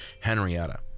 Henrietta